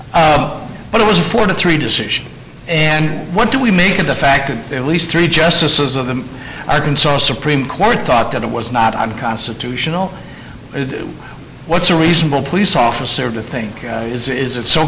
amounts but it was a four to three decision and what do we make of the fact that the least three justices of the arkansas supreme court thought that it was not unconstitutional what's a reasonable police officer to think is it so